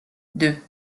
deux